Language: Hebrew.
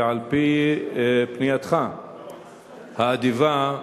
ועל-פי פנייתך האדיבה,